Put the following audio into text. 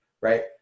right